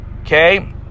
Okay